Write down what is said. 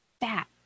fat